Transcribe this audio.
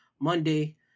Monday